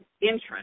interest